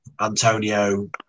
Antonio